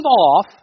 off